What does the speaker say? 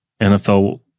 NFL